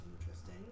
Interesting